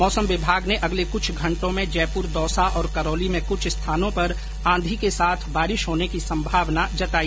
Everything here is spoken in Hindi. मौसम विभाग ने अगले कुछ घंटों में जयप्र दौसा और करौली में कुछ स्थानों पर आंधी के साथ बारिश होने की संभावना जताई है